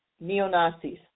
neo-Nazis